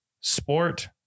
sport